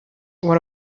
one